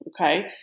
Okay